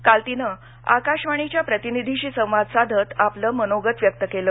काल तिनं आकाशवाणीच्या प्रतिनिधीशी संवाद साधत आपलं मनोगत व्यक्त केलं